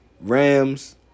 Rams